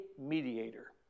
mediator